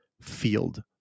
field